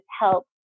help